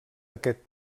aquest